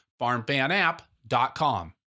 FarmFanApp.com